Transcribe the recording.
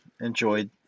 enjoyed